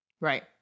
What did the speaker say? right